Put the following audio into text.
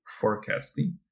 forecasting